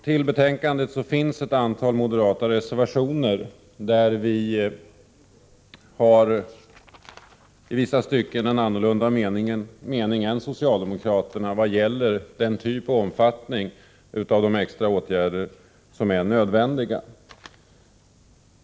Till betänkandet har fogats ett antal moderata reservationer, där vi redovisar en i vissa stycken annan mening än socialdemokraterna i vad gäller typen och omfattningen av de extra åtgärder som är nödvändiga.